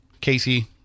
Casey